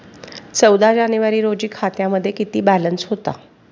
चौदा जानेवारी रोजी खात्यामध्ये किती बॅलन्स होता?